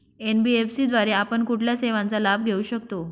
NBFC द्वारे आपण कुठल्या सेवांचा लाभ घेऊ शकतो?